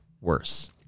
worse